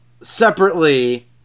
separately